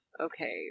Okay